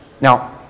Now